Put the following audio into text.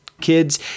kids